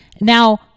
Now